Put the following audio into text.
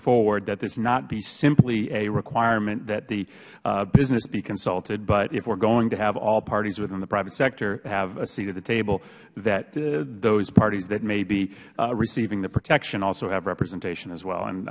forward that this not be simply a requirement that the business be consulted but if we are going to have all parties within the private sector have a seat at the table that those parties that may be receiving the protection also have representation as well